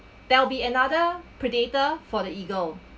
there'll be another predator for the eagle